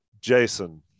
Jason